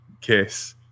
Kiss